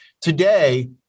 Today